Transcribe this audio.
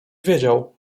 wiedział